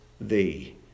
thee